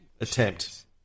attempt